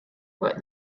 but